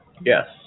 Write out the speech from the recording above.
Yes